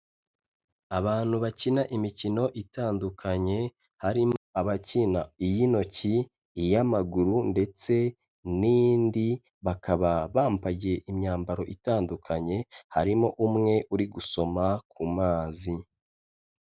Abantu bakina imikino itandukanye, harimo abakina iy'intoki, iy'amaguru ndetse n'indi, bakaba bambaye imyambaro itandukanye, harimo umwe uri gusoma ku mazi.